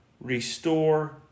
restore